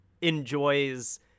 enjoys